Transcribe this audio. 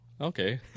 okay